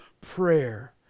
prayer